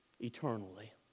eternally